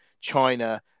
China